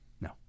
No